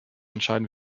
entscheiden